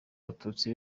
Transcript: abatutsi